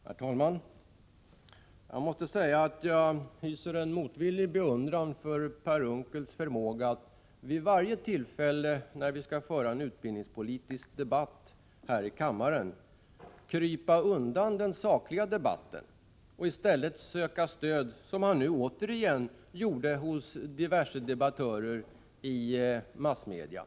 Herr talman! Jag måste säga att jag hyser en motvillig beundran för Per Unckels förmåga att vid varje tillfälle när vi skall föra en utbildningspolitisk debatt här i kammaren krypa undan den sakliga debatten och i stället söka stöd, som han nu återigen gjorde, hos diverse debattörer i massmedia.